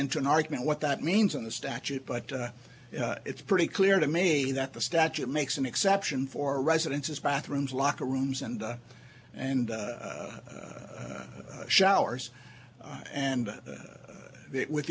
into an argument what that means in the statute but it's pretty clear to me that the statute makes an exception for residences bathrooms locker rooms and and showers and it with